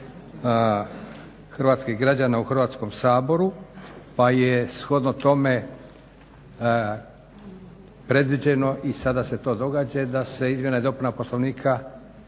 hrvatskih građana u Hrvatskom saboru pa je shodno tome predviđeno i sada se to događa da se izmjena i dopuna Poslovnika